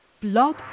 blog